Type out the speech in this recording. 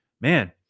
Man